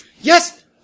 Yes